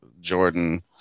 jordan